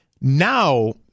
now